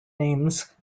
names